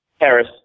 Harris